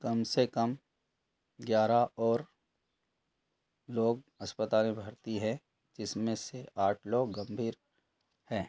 कम से कम ग्यारह और लोग अस्पताल में भर्ती हैं जिसमें से आठ लोग गंभीर हैं